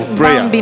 prayer